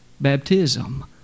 Baptism